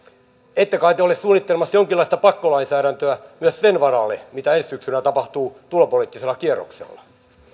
ette kai te ole suunnittelemassa jonkinlaista pakkolainsäädäntöä myös sen varalle mitä ensi syksynä tapahtuu tulopoliittisella kierroksella